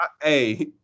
Hey